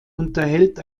unterhält